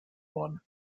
worden